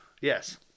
Yes